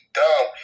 dumb